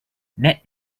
net